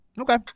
Okay